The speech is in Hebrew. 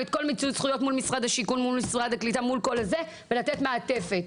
מיצוי זכויות מול משרד השיכון מול משרד הקליטה מול כל הזה ולתת מעטפת.